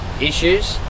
issues